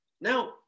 Now